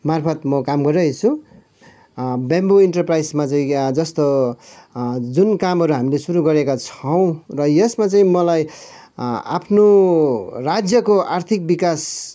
मार्फत म काम गरिरहे छु ब्याम्बो इन्टरप्राइसमा चाहिँ जस्तो जुन कामहरू हामीले सुरु गरेका छौँ र यसमा चाहिँ मलाई आफ्नो राज्यको आर्थिक विकास